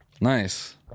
Nice